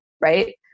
right